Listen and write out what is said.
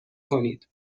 کنید